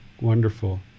wonderful